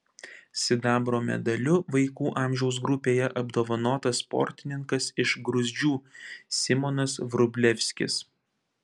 sidabro medaliu vaikų amžiaus grupėje apdovanotas sportininkas iš gruzdžių simonas vrublevskis